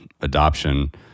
adoption